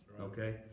okay